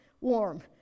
warm